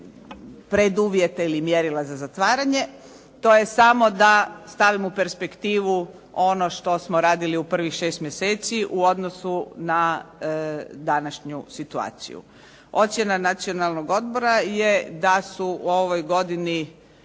preduvjete ili mjerila za zatvaranje. To je samo da stavimo u perspektivu ono što smo radili u prvih 6 mjeseci u odnosu na današnju situaciju. Ocjena Nacionalnog odbora je da su u ovoj godini